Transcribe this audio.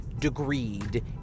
degreed